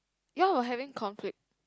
you all were having conflict